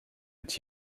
its